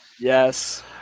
Yes